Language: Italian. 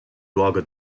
luogo